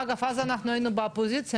ואז אנחנו היינו באופוזיציה,